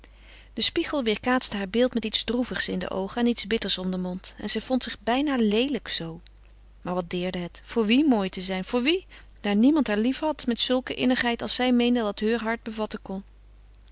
de spiegel weêrkaatste haar beeld met iets droevigs in de oogen en iets bitters om den mond en zij vond zich bijna leelijk zoo maar wat deerde het voor wie mooi te zijn voor wie daar niemand haar liefhad met zulke innigheid als zij meende dat heur hart bevatten kon